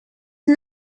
was